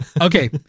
okay